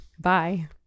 Bye